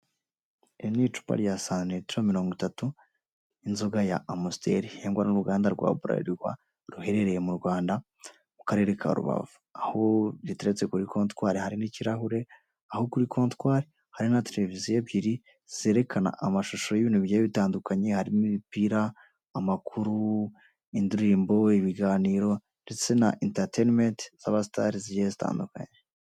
Nicupa rya santilitiro mirongo itatu ry'inzoga ya amusiteli ruhingwa n'uruganda rwa buralirwa ruherereye mu Rwanda mu karere ka rubavu, aho giteretse kuri kontwari hari n'ikirahure aho kuri kontwari hari na televiziyo ebyiri zerekana amashusho y'ibintu bigiye bitandukanye harimo; ibipira, amakuru, indirimbo, ibiganiro ndetse na intateyinimenti z'abasitari zigiye zitandukanye.